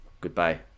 Goodbye